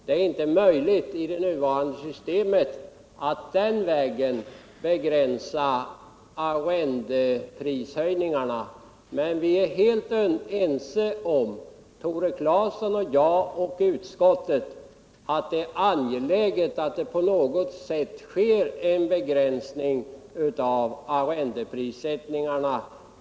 Det är inte möjligt i det nuvarande systemet att denna väg begränsa arrendeprishöjningarna. Men vi är helt ense om, Tore Claeson och jag och även utskottet, att det är angeläget att på något sätt begränsa arrendeprisstegringarna.